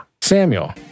Samuel